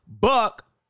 Buck